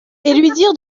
lui